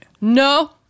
No